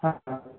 হ্যাঁ হ্যাঁ